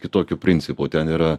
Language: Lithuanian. kitokiu principu ten yra